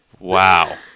Wow